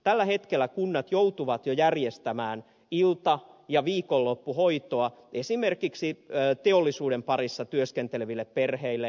tällä hetkellä kunnat joutuvat jo järjestämään ilta ja viikonloppuhoitoa esimerkiksi teollisuuden parissa työskenteleville perheille